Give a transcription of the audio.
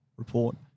report